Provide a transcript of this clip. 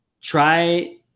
try